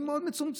היא מאוד מצומצמת,